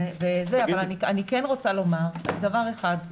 אבל אני כן רוצה לומר דבר אחד,